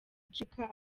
icika